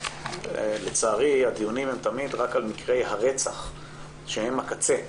לצערי הדיונים הם תמיד רק על מקרי הרצח שהם הקצה,